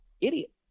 idiot